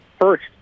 first